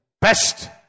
best